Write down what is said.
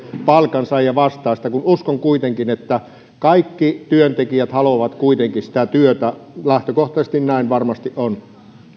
palkansaajavastaista kun uskon että kaikki työntekijät haluavat kuitenkin sitä työtä lähtökohtaisesti näin varmasti on